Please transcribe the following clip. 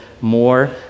more